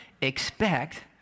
Expect